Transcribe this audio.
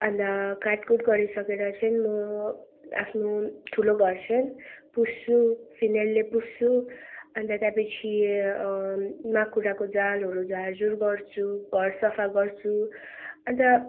अन्त काटकुट गरिसकेर चाहिँ म आफ्नो ठुलो घर चाहिँ पुस्छु फिनेलले पुस्छु अन्त त्यहाँ पछि माकुराको जालहरू झारझुर गर्छु घर सफा गर्छु अन्त